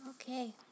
okay